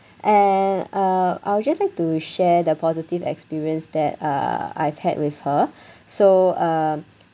and uh I'll just like to share the positive experience that uh I have had with her so uh